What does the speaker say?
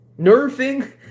nerfing